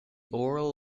oral